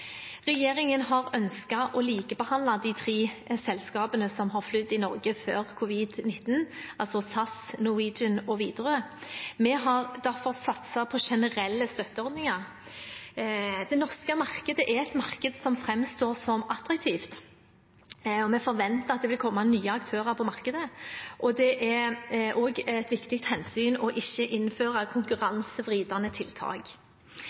Regjeringen har ønsket å likebehandle de tre selskapene som har flydd i Norge før covid-19, altså SAS, Norwegian og Widerøe. Vi har derfor satset på generelle støtteordninger. Det norske markedet framstår attraktivt, vi forventer at det vil komme nye aktører på markedet, og det er et viktig hensyn ikke å innføre konkurransevridende tiltak.